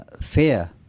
fear